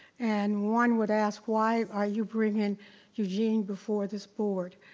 and one would ask why are you bringing eugene before this board?